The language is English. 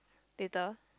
later